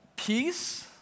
peace